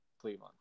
Cleveland